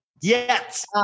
yes